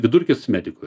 vidurkis medikui